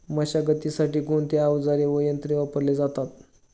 मशागतीसाठी कोणते अवजारे व यंत्र वापरले जातात?